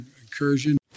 incursion